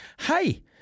Hey